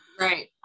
right